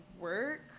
work